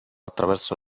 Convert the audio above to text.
attraverso